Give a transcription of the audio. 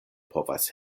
povas